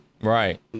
Right